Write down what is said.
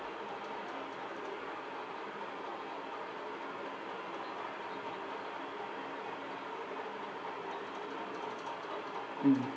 mm